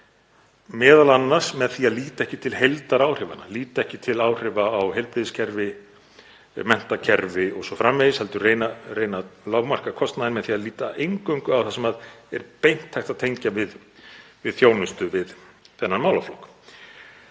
lengi, m.a. með því að líta ekki til heildaráhrifanna, líta ekki til áhrifa á heilbrigðiskerfi, menntakerfi o.s.frv., heldur reyna menn að lágmarka kostnaðinn með því að líta eingöngu á það sem er beint hægt að tengja við þjónustu við þennan málaflokk.